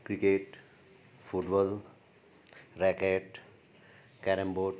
cricket football racket carrom board